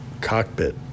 cockpit